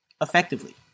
Effectively